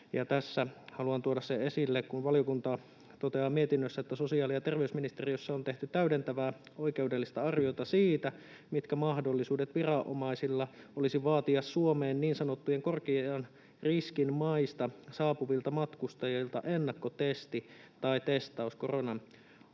Tässä haluan tuoda esille sen, kun valiokunta toteaa mietinnössään, että sosiaali- ja terveysministeriössä on tehty täydentävää oikeudellista arviota siitä, mitkä mahdollisuudet viranomaisilla olisi vaatia Suomeen niin sanotuista korkean riskin maista saapuvilta matkustajilta ennakkotesti tai testaus koronan osalta.